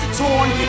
torn